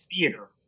theater